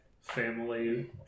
family